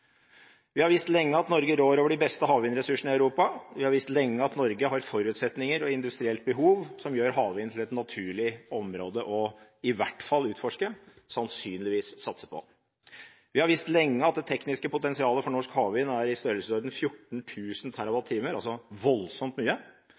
Vi har visst lenge at Norge rår over de beste havvindressursene i Europa, vi har visst lenge at Norge har forutsetninger og et industrielt behov som gjør havvind til et naturlig område i hvert fall å utforske, og sannsynligvis satse på. Vi har visst lenge at det tekniske potensialet for norsk havvind er i